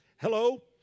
hello